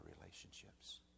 relationships